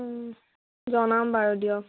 জনাম বাৰু দিয়ক